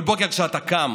כל בוקר כשאתה קם,